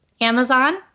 Amazon